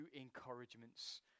encouragements